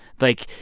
like,